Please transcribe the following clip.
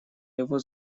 его